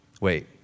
Wait